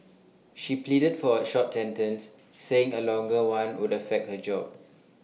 she pleaded for A short sentence saying A longer one would affect her job